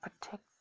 protect